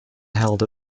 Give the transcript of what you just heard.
held